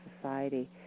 society